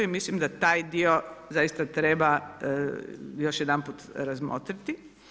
Mislim da taj dio zaista treba još jedanput razmotriti.